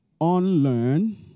unlearn